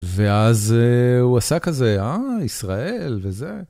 ואז הוא עשה כזה, אה, ישראל וזה.